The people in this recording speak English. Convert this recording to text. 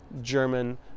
German